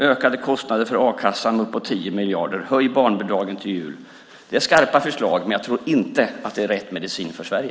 Ökade kostnader för a-kassan uppåt 10 miljarder föreslås. Höj barnbidragen till jul! Det är skarpa förslag, men jag tror inte att det är rätt medicin för Sverige.